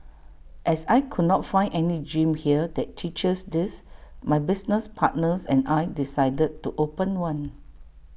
as I could not find any gym here that teaches this my business partners and I decided to open one